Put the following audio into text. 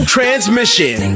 Transmission